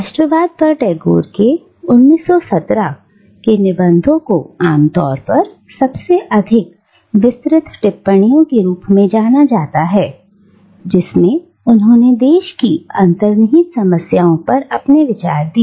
राष्ट्रवाद पर टैगोर के 1917 निबंधों को आमतौर पर सबसे अधिक विस्तृत टिप्पणियों के रूप में जाना जाता है जिसमें उन्होंने देश की अंतर्निहित समस्याओं पर अपने विचार दिए